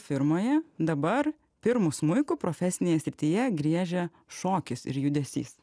firmoje dabar pirmu smuiku profesinėje srityje griežia šokis ir judesys